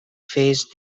faced